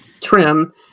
trim